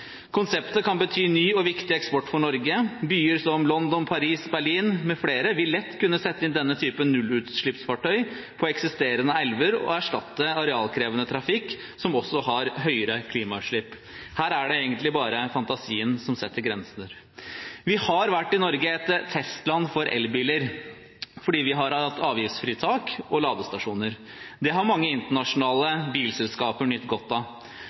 Konseptet kan bety ny og viktig eksport for Norge. Byer som London, Paris, Berlin, mfl. vil lett kunne sette inn denne typen nullutslippsfartøy på eksisterende elver og erstatte arealkrevende trafikk som også har høyere klimautslipp. Her er det egentlig bare fantasien som setter grenser. Norge har vært et testland for elbiler, fordi vi har hatt avgiftsfritak og ladestasjoner. Det har mange internasjonale bilselskaper nytt godt av.